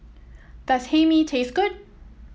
does Hae Mee taste good